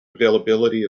availability